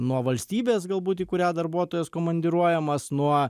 nuo valstybės galbūt į kurią darbuotojas komandiruojamas nuo